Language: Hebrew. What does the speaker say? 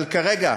אבל כרגע,